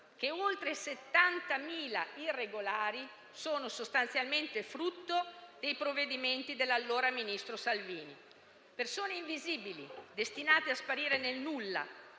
oltre 70.000 irregolari sono sostanzialmente frutto dei provvedimenti dell'allora ministro Salvini: persone invisibili, destinate a sparire nel nulla,